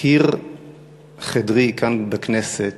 קיר חדרי כאן בכנסת